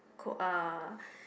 uh